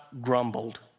grumbled